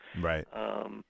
Right